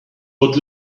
what